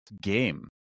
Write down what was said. game